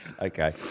Okay